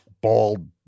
bald